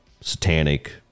satanic